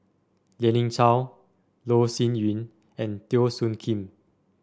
Lien Ying Chow Loh Sin Yun and Teo Soon Kim